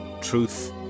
Truth